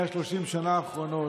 130 השנים האחרונות: